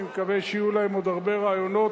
אני מקווה שיהיו להם עוד הרבה רעיונות,